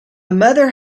mother